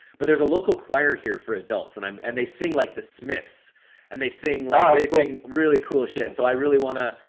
but there's a local choir here for adults and um and they sing like the smiths and they sing like they sing really cool shit so i really want to.